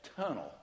tunnel